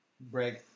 break